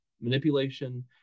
manipulation